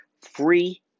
free